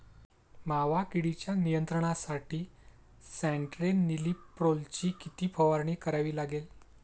मावा किडीच्या नियंत्रणासाठी स्यान्ट्रेनिलीप्रोलची किती फवारणी करावी लागेल?